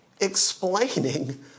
explaining